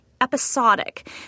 episodic